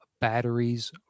batteries